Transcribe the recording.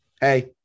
hey